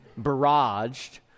barraged